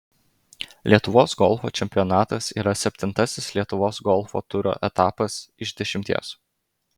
lietuvos golfo čempionatas yra septintasis lietuvos golfo turo etapas iš dešimties